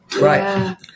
Right